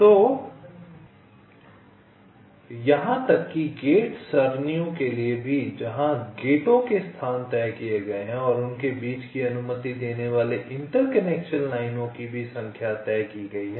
और यहां तक कि गेट सरणियों के लिए भी जहां गेटों के स्थान तय किए गए हैं और उनके बीच की अनुमति देने वाले इंटरकनेक्शन लाइनों की संख्या भी तय की गई है